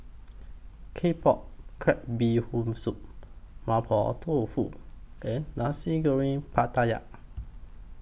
Claypot Crab Bee Hoon Soup Mapo Tofu and Nasi Goreng Pattaya